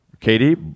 Katie